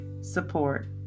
support